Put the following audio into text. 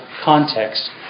context